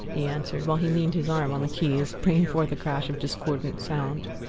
he answered, while he leaned his arm on the keys, bringing forth a crash of discordant sound.